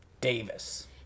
Davis